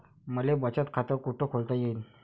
मले बचत खाते कुठ खोलता येईन?